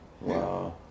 wow